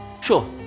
Sure